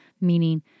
meaning